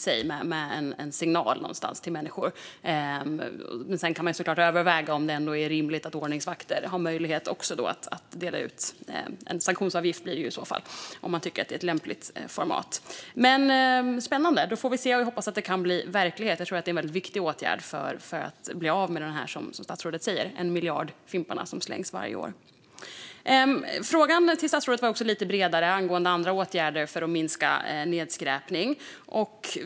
Sedan kan man såklart överväga om det är rimligt eller lämpligt att ordningsvakter har möjlighet att dela ut en sanktionsavgift. Det här är spännande. Vi får se om det här kan bli verklighet. Jag tror att detta är en viktig åtgärd för att bli av med de 1 miljard fimpar som slängs varje år. Frågan till statsrådet var lite bredare angående andra åtgärder för att minska nedskräpning.